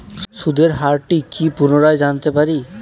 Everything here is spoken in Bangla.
সুদের হার টা কি পুনরায় জানতে পারি?